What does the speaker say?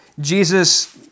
Jesus